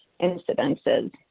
incidences